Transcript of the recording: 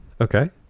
Okay